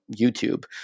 YouTube